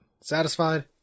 Satisfied